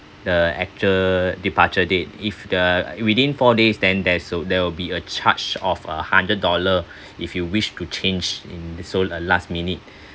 the actual departure date if the within four days then there's a there will be a charge of a hundred dollar if you wish to change in the sol~ uh last minute